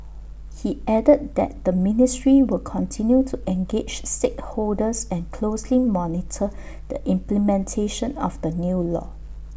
he added that the ministry will continue to engage stakeholders and closely monitor the implementation of the new law